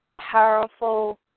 powerful